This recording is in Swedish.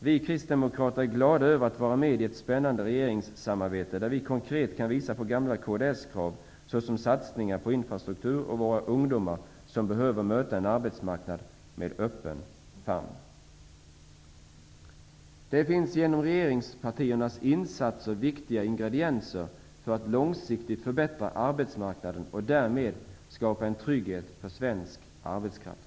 Vi kristdemokrater är glada över att vara med i ett spännande regeringssamarbete, där vi konkret kan visa på gamla kds-krav, såsom satsningar på infrastrukturen och på ungdomar som behöver möta en arbetsmarknad som har en öppen famn. Genom regeringspartiernas insatser finns det flera viktiga ingredienser för att långsiktigt förbättra arbetsmarknaden och därmed skapa en trygghet för svensk arbetskraft.